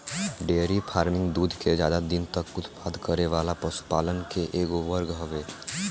dairy farming दूध के ज्यादा दिन तक उत्पादन करे वाला पशुपालन के एगो वर्ग हवे